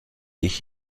ich